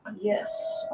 Yes